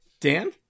Dan